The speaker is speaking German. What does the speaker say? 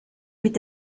mit